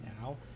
now